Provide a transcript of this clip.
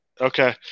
okay